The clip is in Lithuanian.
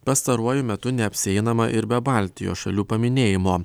pastaruoju metu neapsieinama ir be baltijos šalių paminėjimo